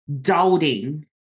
Doubting